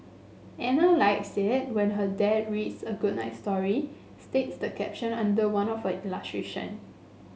Ana likes it when her dad reads a good night story states the caption under one of the illustration